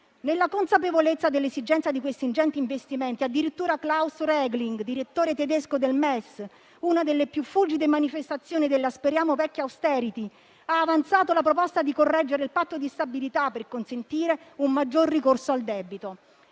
Nella consapevolezza dell'esigenza di questi ingenti investimenti, addirittura Klaus Regling, direttore tedesco del MES, una delle più fulgide manifestazioni della speriamo vecchia *austerity*, ha avanzato la proposta di correggere il Patto di stabilità, per consentire un maggior ricorso al debito.